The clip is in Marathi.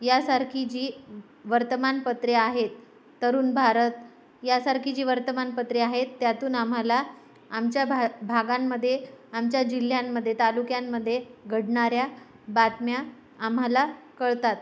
यांसारखी जी व् वर्तमानपत्रे आहेत तरुण भारत यांसारखी जी वर्तमानपत्रे आहेत त्यातून आम्हाला आमच्या भा भागांमध्ये आमच्या जिल्ह्यांमध्ये तालुक्यांमध्ये घडणाऱ्या बातम्या आम्हाला कळतात